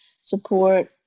support